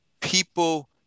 people